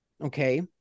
okay